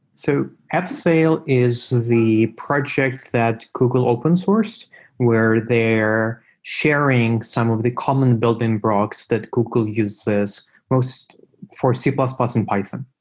so absale is the project that google open sourced where they're sharing some of the common building blocks that google uses for c plus plus and python.